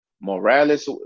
Morales